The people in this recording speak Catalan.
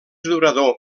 durador